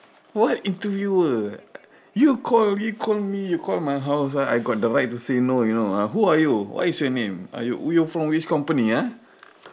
what interviewer you call you call me you call my house right I got the right to say no you know ah who are you what is your name uh you you from which company ah